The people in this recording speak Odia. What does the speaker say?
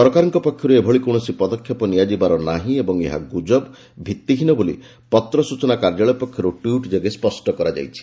ସରକାରଙ୍କ ପକ୍ଷରୁ ଏଭଳି କୌଣସି ପଦକ୍ଷେପ ନିଆଯିବାର ନାହିଁ ଏବଂ ଏହା ଗୁଜବ ଓ ଭିତ୍ତିହୀନ ବୋଲି ପତ୍ର ସୂଚନା କାର୍ଯ୍ୟାଳୟ ପକ୍ଷରୁ ଟ୍ୱିଟ୍ ଯୋଗେ ସ୍ୱଷ୍ଟ କରାଯାଇଛି